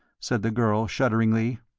said the girl, shudderingly.